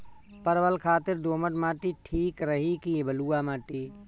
परवल खातिर दोमट माटी ठीक रही कि बलुआ माटी?